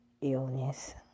illness